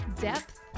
depth